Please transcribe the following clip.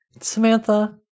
Samantha